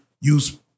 use